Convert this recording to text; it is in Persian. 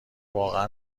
واقع